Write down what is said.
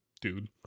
dude